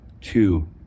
two